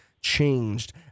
changed